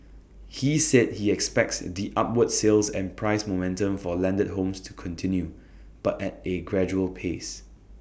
he said he expects the upward sales and price momentum for landed homes to continue but at A gradual pace